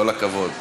כל הכבוד.